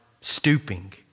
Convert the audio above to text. stooping